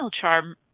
charm